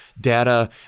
data